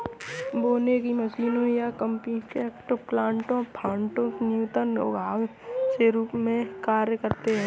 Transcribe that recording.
बोने की मशीन ये कॉम्पैक्ट प्लांटर पॉट्स न्यूनतर उद्यान के रूप में कार्य करते है